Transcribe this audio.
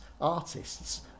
artists